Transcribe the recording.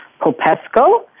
Popesco